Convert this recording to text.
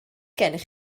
gennych